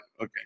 okay